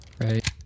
Right